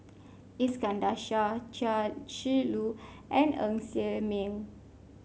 Iskandar Shah Chia Shi Lu and Ng Ser Miang